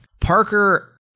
Parker